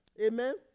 Amen